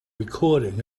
recording